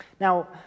now